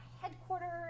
headquarters